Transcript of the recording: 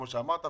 כמו שאמרת,